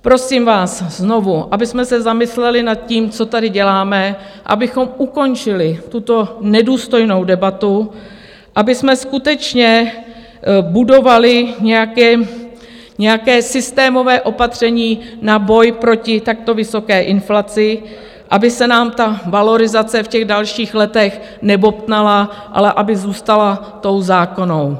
Prosím vás znovu, abychom se zamysleli nad tím, co tady děláme, abychom ukončili tuto nedůstojnou debatu, abychom skutečně budovali nějaké systémové opatření na boj proti takto vysoké inflaci, aby nám ta valorizace v dalších letech nebobtnala, ale aby zůstala tou zákonnou.